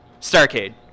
Starcade